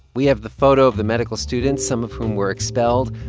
we have the photo of the medical students, some of whom were expelled,